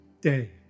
day